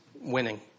winning